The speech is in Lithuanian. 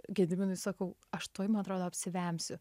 gediminui sakau aš tuoj man atrodo apsivemsiu